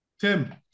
Tim